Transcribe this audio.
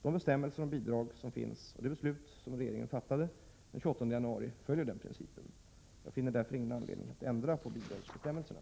De bestämmelser om bidrag som finns och det beslut som regeringen fattade den 28 januari följer denna princip. Jag finner därför ingen anledning att ändra bidragsbestämmelserna.